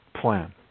plan